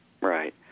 Right